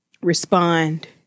Respond